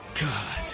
God